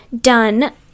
done